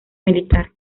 militar